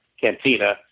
Cantina